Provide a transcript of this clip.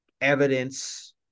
evidence